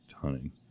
hunting